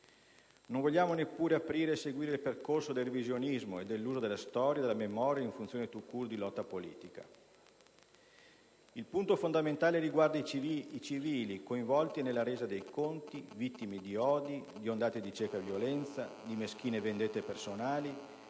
Non vogliamo neppure aprire e seguire il percorso del revisionismo e dell'uso della storia e della memoria in funzione *tout-court* di lotta politica. Il punto fondamentale riguarda i civili coinvolti nella resa dei conti, vittime di odi, di ondate di cieca violenza, di meschine vendette personali,